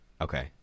Okay